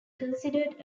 considered